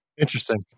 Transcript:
Interesting